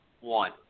one